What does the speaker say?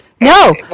No